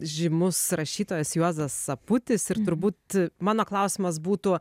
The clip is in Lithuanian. žymus rašytojas juozas aputis ir turbūt mano klausimas būtų